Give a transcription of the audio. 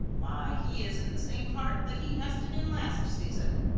why he is in the same part that he nested in last season.